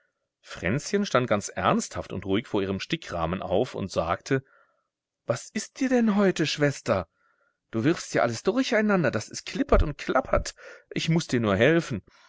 fränzchen stand ganz ernsthaft und ruhig von ihrem stickrahmen auf und sagte was ist dir denn heute schwester du wirfst ja alles durcheinander daß es klippert und klappert ich muß dir nur helfen